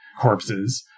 corpses